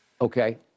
Okay